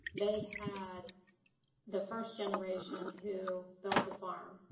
they had the first generation who built the farm.